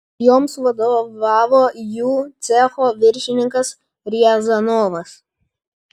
joms vadovavo jų cecho viršininkas riazanovas